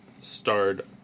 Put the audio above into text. starred